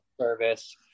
service